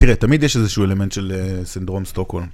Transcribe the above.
תראה, תמיד יש איזשהו אלמנט של סינדרום סטוקו.